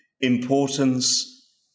importance